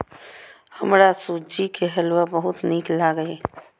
हमरा सूजी के हलुआ बहुत नीक लागैए